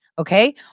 Okay